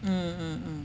mmhmm